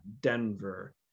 Denver